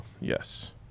Yes